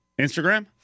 Instagram